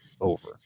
over